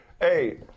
Hey